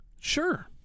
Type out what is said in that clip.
Sure